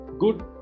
good